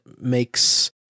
makes